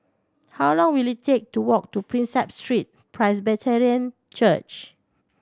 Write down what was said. how long will it take to walk to Prinsep Street Presbyterian Church